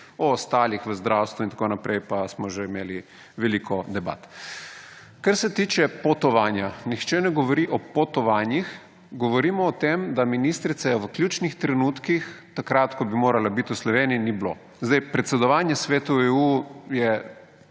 o ostalih v zdravstvu in tako naprej pa smo že imeli veliko debat. Kar se tiče potovanj. Nihče ne govori o potovanjih, govorimo o tem, da ministrice v ključnih trenutkih, takrat ko bi morala biti v Sloveniji, ni bilo. Predsedovanje Svetu EU je